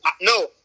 no